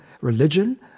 religion